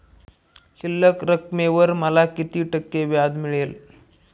शिल्लक रकमेवर मला किती टक्के व्याज मिळेल?